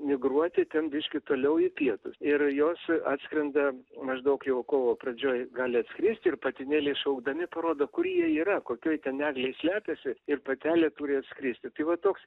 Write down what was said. migruoti ten biškį toliau į pietus ir jos atskrenda maždaug jau kovo pradžioj gali atskrist ir patinėliai šaukdami parodo kur jie yra kokioj ten eglėj slepiasi ir patelė turi atskristi tai va toks